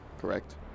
Correct